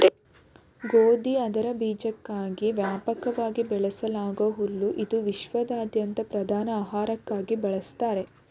ಗೋಧಿ ಅದರ ಬೀಜಕ್ಕಾಗಿ ವ್ಯಾಪಕವಾಗಿ ಬೆಳೆಸಲಾಗೂ ಹುಲ್ಲು ಇದು ವಿಶ್ವಾದ್ಯಂತ ಪ್ರಧಾನ ಆಹಾರಕ್ಕಾಗಿ ಬಳಸ್ತಾರೆ